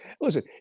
listen